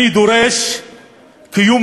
אני דורש קיום